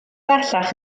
bellach